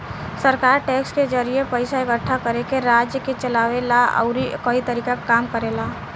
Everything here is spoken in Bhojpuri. सरकार टैक्स के जरिए पइसा इकट्ठा करके राज्य के चलावे ला अउरी कई तरीका के काम करेला